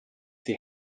die